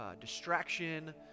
Distraction